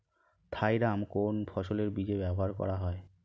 Thiram কোন ফসলের বীজে ব্যবহার করা হয়?